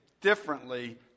differently